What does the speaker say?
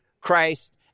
Christ